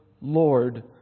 Lord